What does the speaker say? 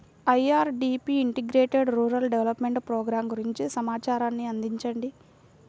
IRDP integrated rural development program గురించి సమాచారాన్ని అందించండి?